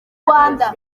rwanda